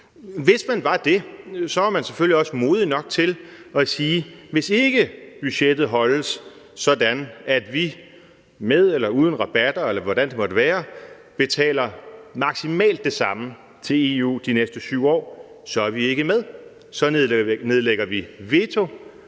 Hvis man var det, var man selvfølgelig også modig nok til at sige: Hvis ikke budgettet holdes, sådan at vi med eller uden rabatter, eller hvordan det måtte være, betaler maksimalt det samme til EU de næste 7 år, så er vi ikke med, så nedlægger vi veto